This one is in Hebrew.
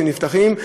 נפתחים.